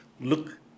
look